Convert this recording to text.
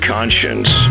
Conscience